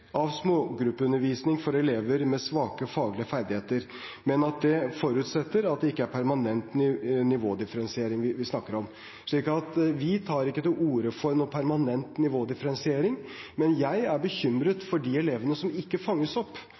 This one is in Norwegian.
av smågruppeundervisning for elever med svake faglige ferdigheter, men at det forutsetter at det ikke er permanent nivådifferensiering vi snakker om. Vi tar ikke til orde for noen permanent nivådifferensiering, men jeg er bekymret for de elevene som ikke fanges opp,